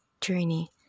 journey